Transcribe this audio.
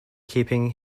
keeping